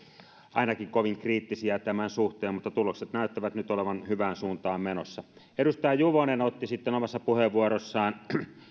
kovin kriittisiä tämän suhteen mutta tulokset näyttävät nyt olevan hyvään suuntaan menossa edustaja juvonen otti omassa puheenvuorossaan